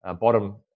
bottom